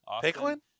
Pickling